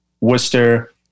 Worcester